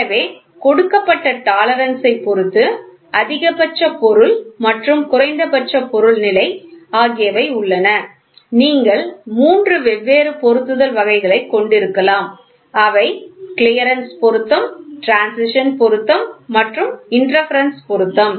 எனவே கொடுக்கப்பட்ட டாலரன்ஸ் யைப் பொறுத்து அதிகபட்ச பொருள் மற்றும் குறைந்தபட்ச பொருள் நிலை ஆகியவை உள்ளன நீங்கள் மூன்று வெவ்வேறு பொருத்துதல் வகைகளைக் கொண்டிருக்கலாம் அவை கிளியரன்ஸ் பொருத்தம் ட்ரான்சிடின் பொருத்தம் மற்றும் இன்டர்பெரென்ஸ் பொருத்தம்